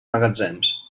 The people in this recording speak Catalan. magatzems